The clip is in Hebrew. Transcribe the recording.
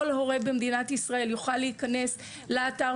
כל הורה במדינת ישראל יוכל להיכנס לאתר